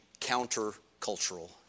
countercultural